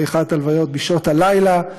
עריכת הלוויות בשעות הלילה,